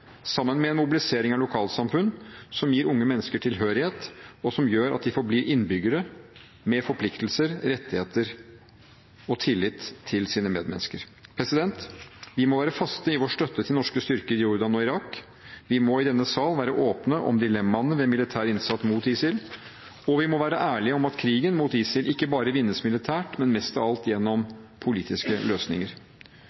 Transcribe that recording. sammen med en mobilisering av lokalsamfunn, som gir unge mennesker tilhørighet, og som gjør at de forblir innbyggere med forpliktelser, rettigheter og tillit til sine medmennesker. Vi må være faste i vår støtte til norske styrker i Jordan og Irak. Vi må i denne sal være åpne om dilemmaene ved militær innsats mot ISIL. Og vi må være ærlige om at krigen mot ISIL ikke bare vinnes militært, men mest av alt gjennom